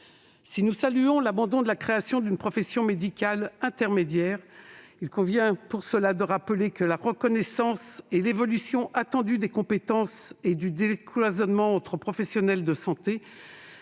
Si nous saluons l'abandon de la création d'une profession médicale intermédiaire, il convient de rappeler que la reconnaissance et l'évolution attendues des compétences, en vue d'un décloisonnement des professions de santé,